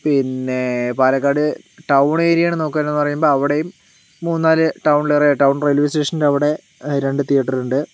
പിന്നെ പാലക്കാട് ടൗൺ ഏരിയയാണ് നോക്കണതെന്ന് പറയുമ്പോൾ അവിടെയും മൂന്നുനാല് ടൗണിലേറെ ടൗൺ റെയിൽവേ സ്റ്റേഷന്റെയവിടെ രണ്ട് തീയേറ്ററുണ്ട്